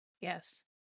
Yes